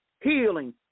Healing